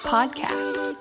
Podcast